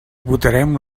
votarem